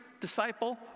disciple